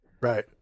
right